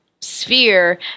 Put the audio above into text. sphere